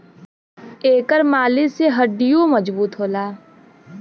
एकर मालिश से हड्डीयों मजबूत होला